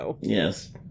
Yes